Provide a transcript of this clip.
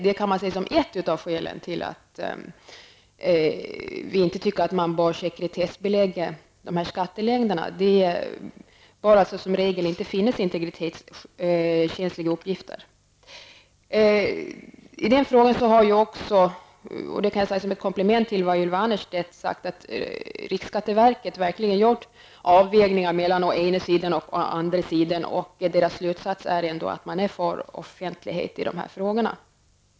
Det kan man se som ett av skälen till att vi inte anser att man bör sekretessbelägga skattelängderna. Det bör som regel inte finnas integritetskänsliga uppgifter där. Jag kan som ett komplement till det som Ylva Annerstedt sade säga att riksskatteverket verkligen har gjort en avvägning mellan å ena sidan och å andra sidan, och riksskatteverkets slutsats är ändå att man är för offentlighet i dessa frågor.